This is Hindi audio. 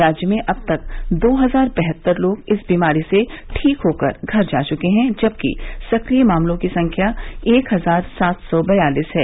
राज्य में अब तक दो हजार बहत्तर लोग बीमारी से ठीक होकर घर जा चुके हैं जबकि सक्रिय मामलों की संख्या एक हजार सात सौ बयालीस है